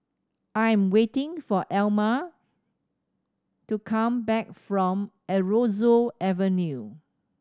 I am waiting for Elam to come back from Aroozoo Avenue